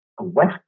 west